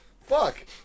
Fuck